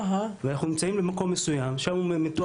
אנחנו נמצאים במקום מסוים, שם הוא מתואם.